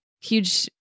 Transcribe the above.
Huge